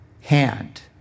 hand